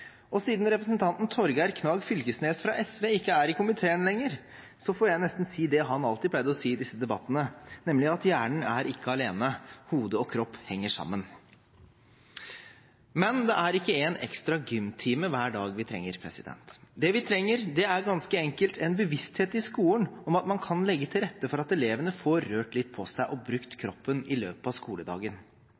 Og siden representanten Torgeir Knag Fylkesnes fra SV ikke er i komiteen lenger, får jeg nesten si det han alltid pleide å si i disse debattene, nemlig at hjernen er ikke alene, hodet og kropp henger sammen. Men det er ikke en ekstra gymtime hver dag vi trenger. Det vi trenger, er ganske enkelt en bevissthet i skolen om at man kan legge til rette for at elevene får rørt litt på seg og brukt kroppen i løpet av skoledagen.